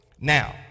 Now